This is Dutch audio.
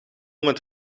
met